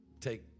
take